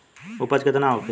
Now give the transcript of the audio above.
उपज केतना होखे?